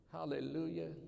Hallelujah